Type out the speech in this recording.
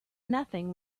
nothing